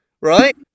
right